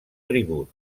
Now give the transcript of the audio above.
tribut